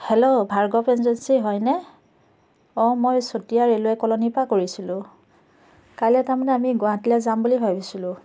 hello Bhargav agency হয়নে অঁ মই চতিয়া ৰে'লৱে ক'লনিৰ পৰা কৰিছিলোঁ কাইলে তাৰমানে আমি গুৱাহাটীলৈ যাম বুলি ভাবিছিলোঁ